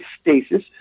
stasis